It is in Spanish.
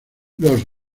los